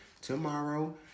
tomorrow